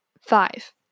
Five